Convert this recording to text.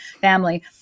family